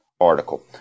article